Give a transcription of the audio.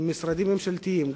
עם משרדים ממשלתיים,